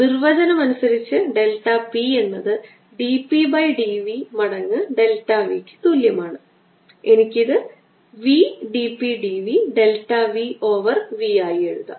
നിർവ്വചനം അനുസരിച്ച് delta p എന്നത് d p by d v മടങ്ങ് ഡെൽറ്റ v ക്ക് തുല്യമാണ് എനിക്ക് ഇത് v d p d v delta v over v ആയി എഴുതാം